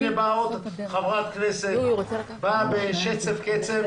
והנה באה עוד חברת כנסת בשצף קצף,